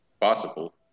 Possible